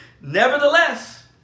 Nevertheless